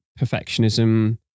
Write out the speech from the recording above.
perfectionism